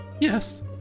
Yes